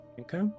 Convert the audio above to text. Okay